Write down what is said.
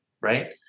Right